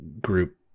group